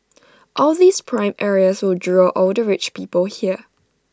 all these prime areas will draw all the rich people here